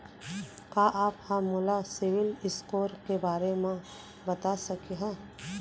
का आप हा मोला सिविल स्कोर के बारे मा बता सकिहा?